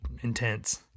intense